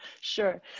Sure